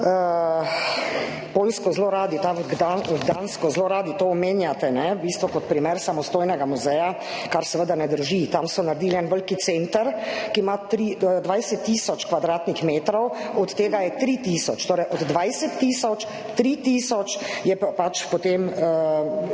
Poljsko. Poljsko, Gdansk, zelo radi to omenjate v bistvu kot primer samostojnega muzeja, kar seveda ne drži. Tam so naredili en velik center, ki ima 20 tisoč kvadratnih metrov, od tega je 3 tisoč, torej od 20 tisoč 3 tisoč potem